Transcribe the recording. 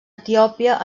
etiòpia